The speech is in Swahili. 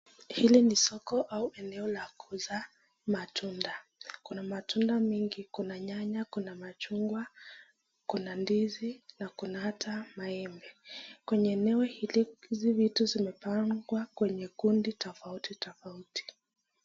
Hili ni soko au eneo la kuuza matunda, kuna matunda mingi kuna nyanya, kuna machungwa , kuna ndizi na kuna hata maembe, kwenye eneo hili hizi vitu zimepangwa kwenye kundi tofauti tofauti.